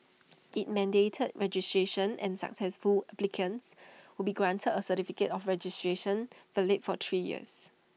IT mandated registration and successful applicants would be granted A certificate of registration valid for three years